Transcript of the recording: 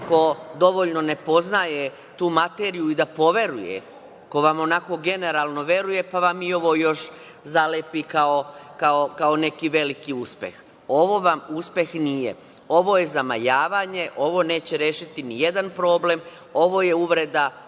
ko dovoljno ne poznaje tu materiju i da poveruje, ko vam onako generalno veruje, pa vam i ovo još zalepi kao neki veliki uspeh. Ovo vam uspeh nije. Ovo je zamajavanje, ovo neće rešiti ni jedan problem, ovo je uvreda